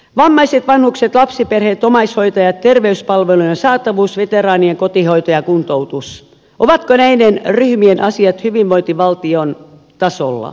vammaiset vanhukset lapsiperheet omaishoitajat terveyspalvelujen saatavuus veteraanien kotihoito ja kuntoutus ovatko näiden ryhmien asiat hyvinvointivaltion tasolla